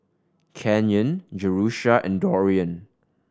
Canyon Jerusha and Dorian